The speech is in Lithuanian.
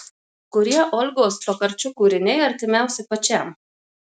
kurie olgos tokarčuk kūriniai artimiausi pačiam